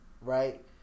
right